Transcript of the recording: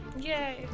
Yay